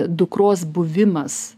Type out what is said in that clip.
dukros buvimas